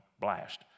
blast